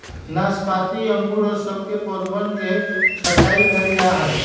नाशपाती अंगूर और सब के पौधवन के छटाई कइल जाहई